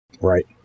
Right